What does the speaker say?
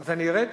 אז אני ארד?